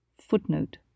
Footnote